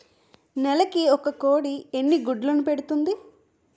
నెలకి ఒక కోడి ఎన్ని గుడ్లను పెడుతుంది?